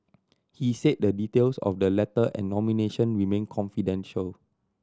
he said the details of the letter and nomination remain confidential